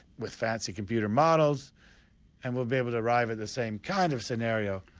with fancy computer models and we'll be able to arrive at the same kind of scenario.